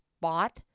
bought